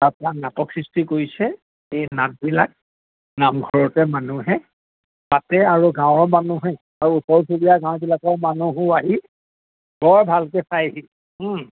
তাৰপা নাটক সৃষ্টি কৰিছে এই নাটবিলাক নামঘৰতে মানুহে পাতে আৰু গাঁৱৰ মানুহে আৰু ওচৰ চুবুৰীয়া গাঁওবিলাকৰ মানুহো আহি বৰ ভালকে চাইহি